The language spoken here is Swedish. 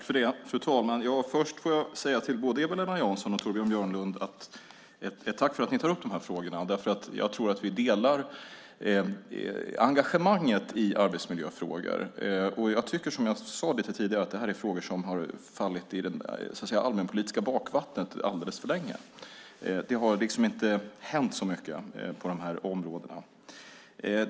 Fru talman! Först får jag säga ett tack till både Eva-Lena Jansson och Torbjörn Björlund för att de tar upp de här frågorna. Jag tror att vi delar engagemanget i arbetsmiljöfrågor. Jag tycker, som jag sade tidigare, att det här är frågor som har hamnat i det allmänpolitiska bakvattnet alldeles för länge. Det har inte hänt så mycket på de här områdena.